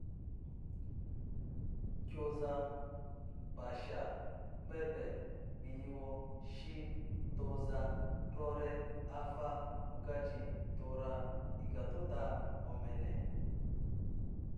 Kyoza, pasha, kpebe, bbiyiwo, shi, toza, rore, afa, ogaji, tora, iga tota, omene